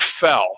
fell